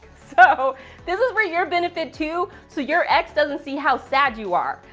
so this is for your benefit, too, so your ex doesn't see how sad you are.